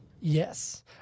Yes